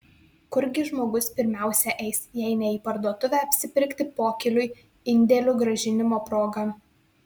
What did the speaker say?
kurgi žmogus pirmiausia eis jei ne į parduotuvę apsipirkti pokyliui indėlių grąžinimo proga